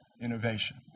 innovation